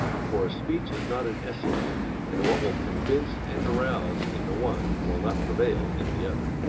for a speech is not an essay and what will convince and arouse in the one will not prevail in the other.